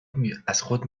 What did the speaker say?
میپرسد